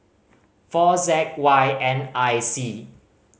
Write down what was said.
four Z Y N I C